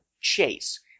chase